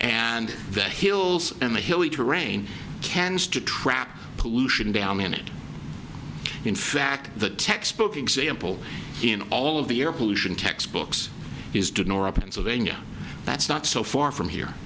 and that hills and the hilly terrain cans to trap pollution down in it in fact the textbook example in all of the air pollution textbooks is to ignore up and sylvania that's not so far from here